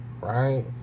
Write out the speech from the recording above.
Right